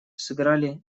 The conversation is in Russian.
сыграли